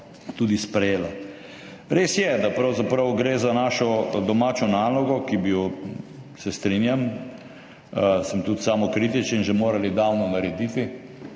tudi sprejela. Res je, da pravzaprav gre za našo domačo nalogo, ki bi jo, se strinjam, sem tudi samokritičen, že morali davno narediti.